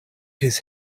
his